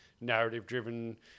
narrative-driven